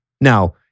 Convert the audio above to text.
Now